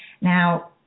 Now